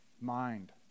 mind